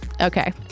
Okay